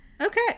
Okay